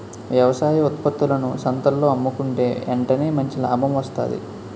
వ్యవసాయ ఉత్త్పత్తులను సంతల్లో అమ్ముకుంటే ఎంటనే మంచి లాభం వస్తాది